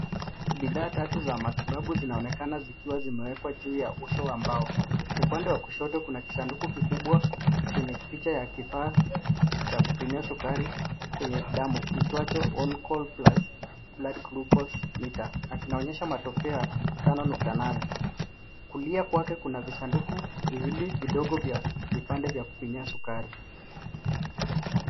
Bidhaa tatu za matibabu zinaonekana zikiwa zimewekwa juu ya uso wa mbao. Upande wa kushoto kuna kisanduku kikubwa chenye picha ya kifaa cha kupimia sukari kwenye damu kiitwacho On-Call Plus Blood Glucose Meter na kinaonyesha matokeo ya tano nukta nane. Kulia kwake kuna visanduku viwili vidogo vya vipande vya kupimia sukari.